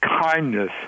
kindness